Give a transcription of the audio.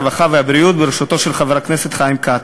הרווחה והבריאות בראשות חבר הכנסת חיים כץ,